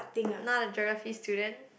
not a Geography student